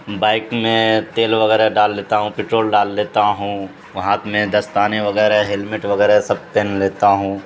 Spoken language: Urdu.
بائک میں تیل وغیرہ ڈال لیتا ہوں پٹرول ڈال لیتا ہوں ہاتھ میں دستانیں وغیرہ ہیلمیٹ وغیرہ سب پہن لیتا ہوں